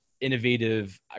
innovative